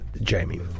Jamie